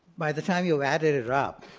by the time you've added it up,